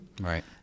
Right